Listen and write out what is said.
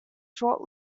short